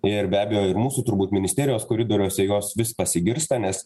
ir be abejo ir mūsų turbūt ministerijos koridoriuose jos vis pasigirsta nes